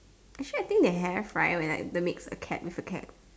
actually I think they have right when like mix a cat with a cat